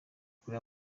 kuri